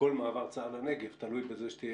כל מעבר צה"ל לנגב תלוי בזה שתהיה